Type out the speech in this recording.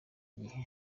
gihe